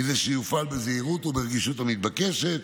כדי שיופעל בזהירות וברגישות המתבקשת,